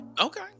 Okay